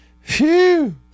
Phew